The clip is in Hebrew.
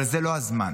אבל זה לא הזמן.